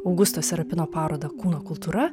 augusto serapino parodą kūno kultūra